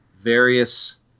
various